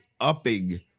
upping